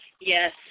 Yes